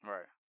Right